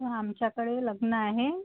हा आमच्याकडे लग्न आहे